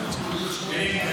היושב-ראש,